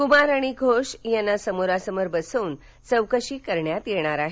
कुमार आणि घोष यांना समोरासमोर बसवून चौकशी करण्यात येणार आहे